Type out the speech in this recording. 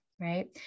right